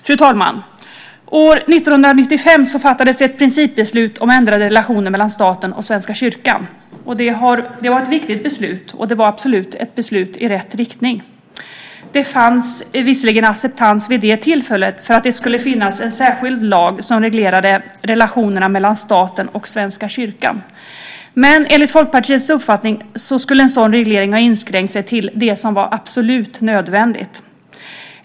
Fru talman! År 1995 fattades ett principbeslut om ändrade relationer mellan staten och Svenska kyrkan. Det var ett viktigt beslut och det var absolut ett beslut i rätt riktning. Det fanns visserligen acceptans vid det tillfället för att det skulle finnas en särskild lag som reglerade relationerna mellan staten och Svenska kyrkan. Men enligt Folkpartiets uppfattning skulle en sådan reglering ha inskränkt sig till det som var absolut nödvändigt.